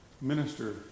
minister